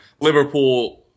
Liverpool